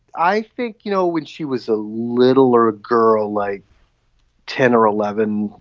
i think, you know, when she was a little or a girl like ten or eleven,